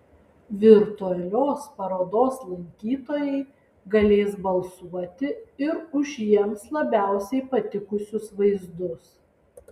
virtualios parodos lankytojai galės balsuoti ir už jiems labiausiai patikusius vaizdus